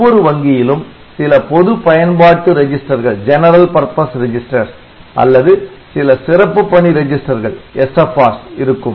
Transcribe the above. ஒவ்வொரு வங்கியிலும் சில பொது பயன்பாட்டு ரிஜிஸ்டர்கள் அல்லது சில சிறப்பு பணி ரிஜிஸ்டர்கள் இருக்கும்